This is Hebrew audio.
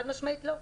חד-משמעית לא.